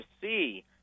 see